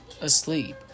asleep